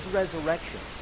resurrection